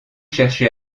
chercher